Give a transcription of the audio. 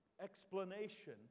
explanation